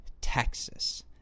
Texas